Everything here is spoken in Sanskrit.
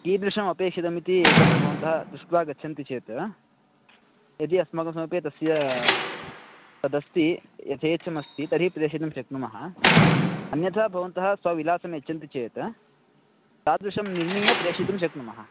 कीदृशमपेक्षितम् इति एकदा भवन्तः दृष्ट्वा गच्छन्ति चेत् यदि अस्माकं समीपे तस्य तदस्ति यथेच्छमस्ति तर्हि प्रेषयितुं शक्नुमः अन्यथा भवन्तः स्व विलासं यच्छन्ति चेत् तादृशं निर्मीय प्रेषयितुम् शक्नुमः